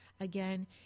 Again